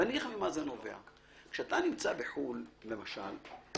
כשאתה נמצא בחו"ל, אני